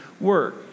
work